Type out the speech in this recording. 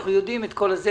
אנחנו יודעים את כל זה,